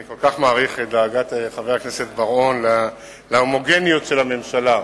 אני כל כך מעריך את דאגת חבר הכנסת בר-און להומוגניות של הממשלה.